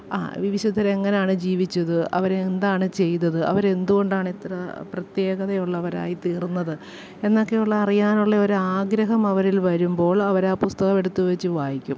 വിശുദ്ധരെങ്ങനെയാണ് ജീവിച്ചത് അവരെ എന്താണ് ചെയ്തത് അവർ എന്തുകൊണ്ടാണ് ഇത്ര പ്രത്യേകതയുള്ളവരായി തീർന്നത് എന്നൊക്കെയുള്ള അറിയാനുള്ള ഒരാഗ്രഹം അവരിൽ വരുമ്പോൾ അവരാ പുസ്തകം എടുത്തുവെച്ചു വായിക്കും